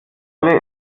rolle